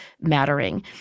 mattering